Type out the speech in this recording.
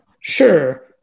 Sure